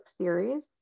series